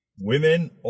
women